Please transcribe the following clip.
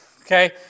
okay